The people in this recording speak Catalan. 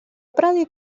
predir